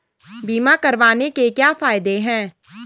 बीमा करवाने के क्या फायदे हैं?